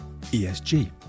ESG